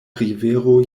rivero